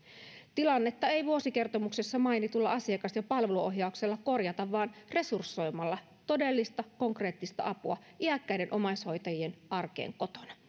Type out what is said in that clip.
tilannetta ei vuosikertomuksessa mainitulla asiakas ja palveluohjauksella korjata vaan resursoimalla todellista konkreettista apua iäkkäiden omaishoitajien arkeen kotona